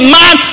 man